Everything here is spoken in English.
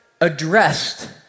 addressed